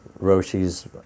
Roshis